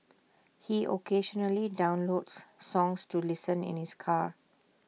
he occasionally downloads songs to listen in his car